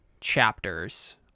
chapters